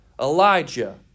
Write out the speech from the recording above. Elijah